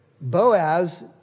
Boaz